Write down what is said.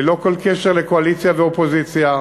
ללא כל קשר לקואליציה ולאופוזיציה.